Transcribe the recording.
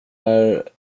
när